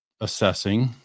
assessing